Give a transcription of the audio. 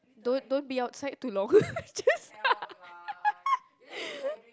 don't don't be outside too long just